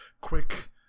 quick